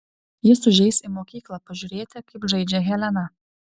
jis užeis į mokyklą pažiūrėti kaip žaidžia helena